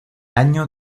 año